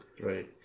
Right